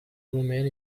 women